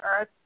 earth